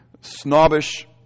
snobbish